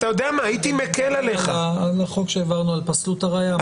הייתי מקל עליך --- הוא מדבר על החוק שהעברנו על פסלות הראיה.